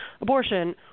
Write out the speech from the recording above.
abortion